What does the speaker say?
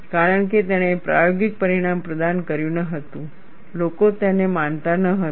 કારણ કે તેણે પ્રાયોગિક પરિણામ પ્રદાન કર્યું ન હતું લોકો તેને માનતા ન હતા